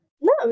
No